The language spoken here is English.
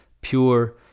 Pure